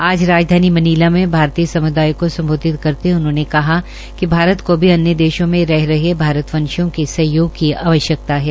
आज राजघानी मनीला में भारतीय समुदाय को संबोधित करते हुए उन्होंने कहा कि भारत को भी अन्य देशों में रह रहे भारतवंशियों के सहयोग की आवश्यकता है